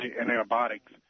antibiotics